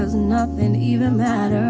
nothing even and